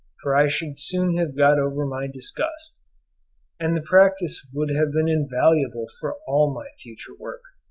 for i should soon have got over my disgust and the practice would have been invaluable for all my future work.